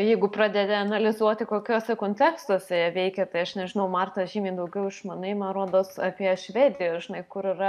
jeigu pradedi analizuoti kokiuose kontekstuose jie veikė tai aš nežinau marta žymiai daugiau išmanai man rodos apie švediją žinai kur yra